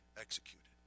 executed